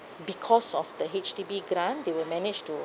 because of the H_D_B grant they will manage to